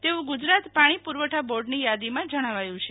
તેવું ગુજરાત પાણી પુરવઠા બોર્ડની યાદીમાં જણાવાયું છે